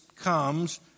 comes